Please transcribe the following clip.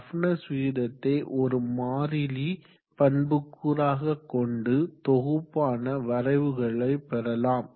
roughness விகிதத்தை ஒரு மாறிலி பண்புக்கூறாக கொண்டு தொகுப்பான வரைவுகளை பெறலாம்